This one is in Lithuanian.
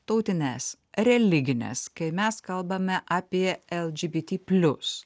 tautines religines kai mes kalbame apie eldžibiti plius